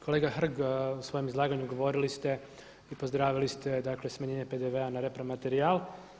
Kolega Hrg u svojem izlaganju govorili ste i pozdravili ste smanjenje PDV-a na repromaterijal.